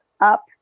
up